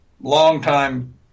longtime